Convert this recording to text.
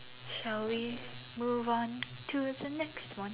shall we move on to the next one